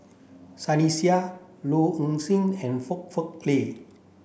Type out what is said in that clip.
Sunny Sia Low Ing Sing and Foong Fook Kay